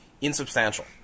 insubstantial